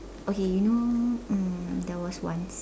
okay you know um there was once